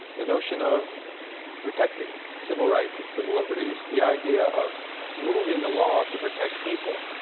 the notion of protecting civil rights and civil liberties, the idea of moving the law to protect people,